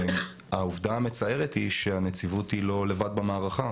העובדה המצערת היא שהנציבות היא לא לבד במערכה,